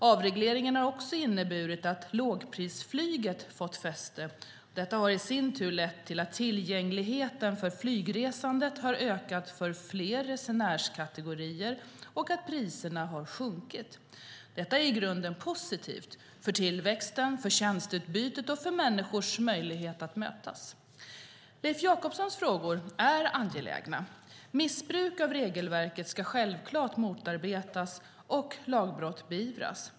Avregleringen har också inneburit att lågprisflyget fått fäste, och detta har i sin tur lett till att tillgängligheten för flygresandet har ökat för fler resenärskategorier och att priserna har sjunkit. Detta är i grunden positivt, för tillväxten, för tjänsteutbytet och för människors möjligheter att mötas. Leif Jakobssons frågor är angelägna. Missbruk av regelverket ska självklart motarbetas och lagbrott beivras.